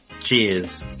Cheers